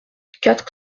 quatre